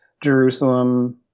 Jerusalem